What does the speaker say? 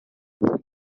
grant